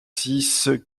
six